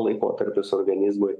laikotarpis organizmui